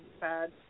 bad